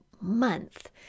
month